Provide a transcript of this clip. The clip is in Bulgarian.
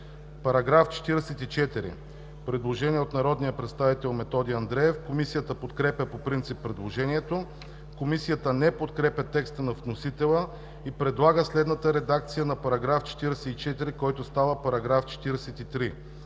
По § 44 има предложение от народния представител Методи Андреев. Комисията подкрепя по принцип предложението. Комисията не подкрепя текста на вносителя и предлага следната редакция на § 44, който става § 43: „§ 43.